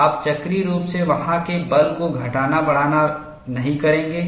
आप चक्रीय रूप से वहां के बल को घटाना बढ़ाना नहीं करेंगे